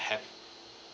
have